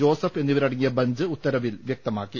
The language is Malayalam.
ജോസഫ് എന്നിവരടങ്ങിയ ബഞ്ച് ഉത്തരവിൽ വ്യക്തമാക്കി